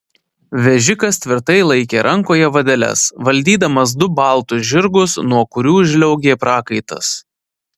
vežikas tvirtai laikė rankoje vadeles valdydamas du baltus žirgus nuo kurių žliaugė prakaitas